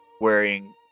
wearing